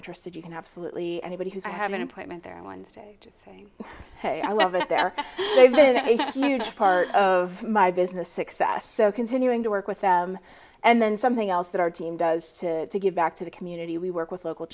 interested you can absolutely anybody who's i have an appointment there on wednesday just saying hey i love it there are huge part of my business success so continuing to work with them and then something else that our team does to give back to the community we work with local